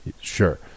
Sure